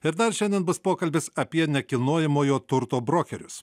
ir dar šiandien bus pokalbis apie nekilnojamojo turto brokerius